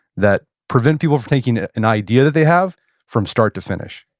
that prevent people from taking an idea that they have from start to finish?